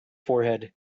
forehead